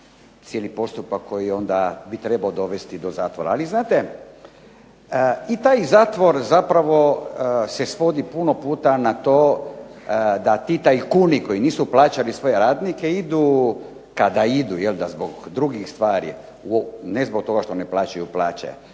cijeli postupak koji onda bi trebao dovesti do zatvora. Ali znate i taj zatvor zapravo se svodi puno puta na to da ti tajkuni koji nisu plaćali svoje radnike idu, kada idu zbog drugih stvari, ne zbog toga što ne plaćaju plaće,